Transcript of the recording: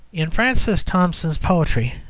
in francis thompson's poetry,